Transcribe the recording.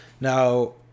now